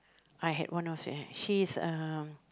I had one of them she is uh